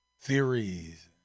theories